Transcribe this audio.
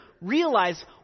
realize